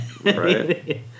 Right